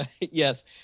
Yes